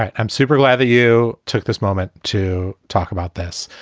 i'm super glad that you took this moment to talk about this.